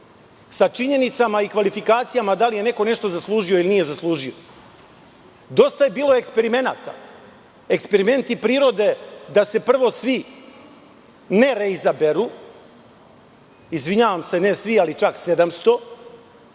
sa činjenicama i kvalifikacijama da li je neko nešto zaslužio ili nije zaslužio. Dosta je bilo eksperimenata. Eksperimenata prirode da se prvo svi nereizaberu, izvinjavam se, ne svi ali čak 700,